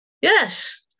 yes